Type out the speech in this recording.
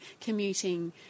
commuting